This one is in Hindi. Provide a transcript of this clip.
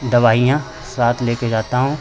दवाइयाँ साथ लेकर जाता हूँ